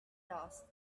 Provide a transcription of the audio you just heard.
dust